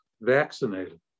vaccinated